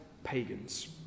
pagans